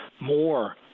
more